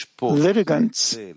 litigants